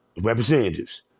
Representatives